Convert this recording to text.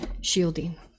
shielding